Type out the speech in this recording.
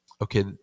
okay